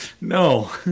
No